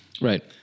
Right